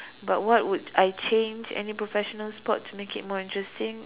but what would I change any professional sport to make it more interesting